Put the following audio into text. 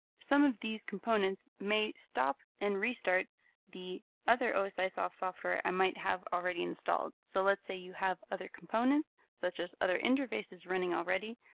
some of these components may stop and restart the other osisoft software i might have already installed. so let's say you have other components such as other interfaces running already,